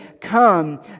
Come